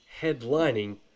headlining